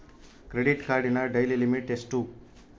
Credit ಕಾರ್ಡಿನ daily limit ಎಷ್ಟು?